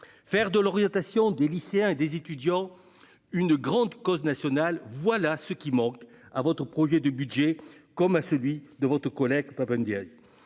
Faire de l'orientation des lycéens et des étudiants une grande cause nationale, voilà ce qui manque à votre projet de budget comme à celui de votre collègue Pap Ndiaye.